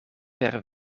per